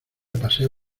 paseo